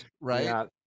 right